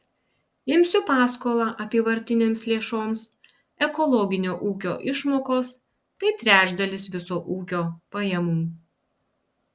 imsiu paskolą apyvartinėms lėšoms ekologinio ūkio išmokos tai trečdalis viso ūkio pajamų